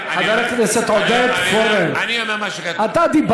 חבר הכנסת עודד פורר, אני אומר מה שכתוב.